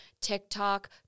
TikTok